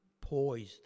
poised